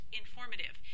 informative